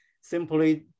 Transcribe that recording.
simply